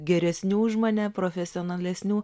geresnių už mane profesionalesnių